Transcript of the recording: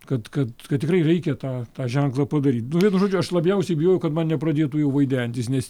kad kad kad tikrai reikia tą tą ženklą padaryt nu vienu žodžiu aš labiausiai bijojau kad man nepradėtų jau vaidentis nes